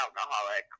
alcoholic